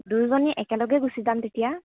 দুইজনী একেলগে গুচি যাম তেতিয়া